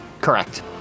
Correct